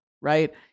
right